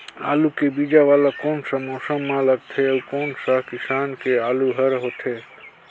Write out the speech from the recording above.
आलू के बीजा वाला कोन सा मौसम म लगथे अउ कोन सा किसम के आलू हर होथे?